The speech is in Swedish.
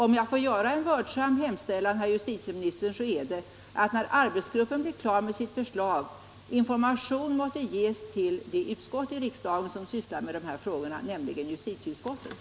Om jag får göra en vördsam hemställan, herr justitieminister, så är det att när arbetsgruppen blir klar med sitt förslag information måtte ges till:det utskott i riksdagen som sysslar med dessa frågor, nämligen justitieutskottet.